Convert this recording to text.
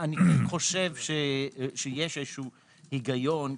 אני חושב שיש היגיון,